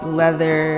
leather